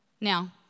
Now